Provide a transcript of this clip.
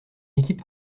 équipe